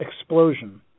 explosion